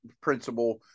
principle